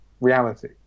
reality